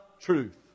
truth